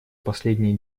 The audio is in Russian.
последнее